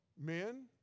men